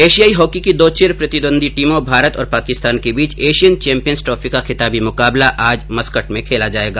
एशियाई हॉकी की दो चिर प्रतिद्वदी टीमों भारत और पाकिस्तान के बीच एशियन चैम्पियन्स ट्रॉफी का खिताबी मुकाबला आज खेला जाएगा